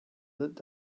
lit